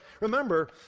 remember